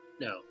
No